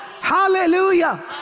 hallelujah